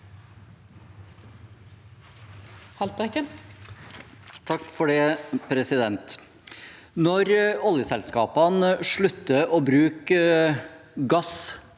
Når oljeselska- pene slutter å bruke gass